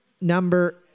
number